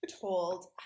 told